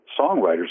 songwriters